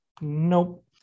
Nope